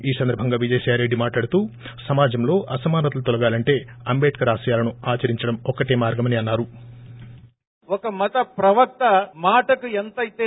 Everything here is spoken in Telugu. ఈ సందర్భంగా విజయసాయి రెడ్డి మాట్లాడుతూ సమాజంలో అసమానతలు తొలగాలంటే అంటేద్కర్ ఆశయాలను ఆచరించడం ఒక్కటే మార్గమని అన్సారు